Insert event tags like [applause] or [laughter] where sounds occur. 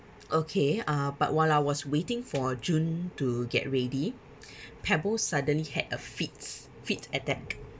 okay uh but while I was waiting for june to get ready [breath] pebbles suddenly had a fits fit at that